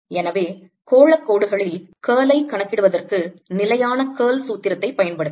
எனவே கோளக் கோடுகளில் curl ஐக் கணக்கிடுவதற்கு நிலையான curl சூத்திரத்தைப் பயன்படுத்தவும்